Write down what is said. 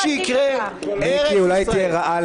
-- מה שיקרה הוא שארץ ישראל,